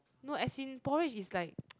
no as in porridge is like